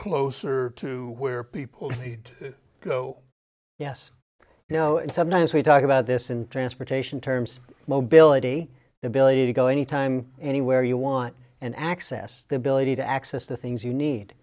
closer to where people need to go yes you know and sometimes we talk about this in transportation terms mobility the ability to go anytime anywhere you want and access the ability to access the things you need